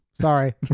Sorry